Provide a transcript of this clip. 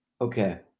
okay